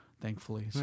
Thankfully